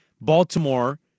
Baltimore